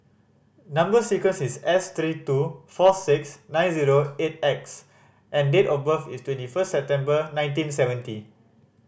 number sequence is S three two four six nine zero eight X and date of birth is twenty first September nineteen seventy